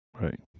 Right